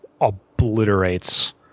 obliterates